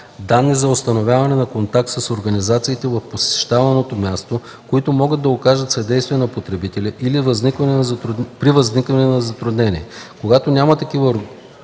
данни за установяване на контакт с организациите в посещаваното място, които могат да окажат съдействие на потребителя при възникване на затруднение; когато няма такава